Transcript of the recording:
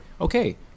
Okay